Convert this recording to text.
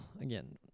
again